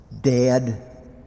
dead